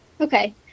Okay